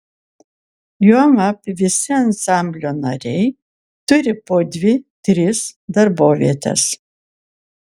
juolab visi ansamblio nariai turi po dvi tris darbovietes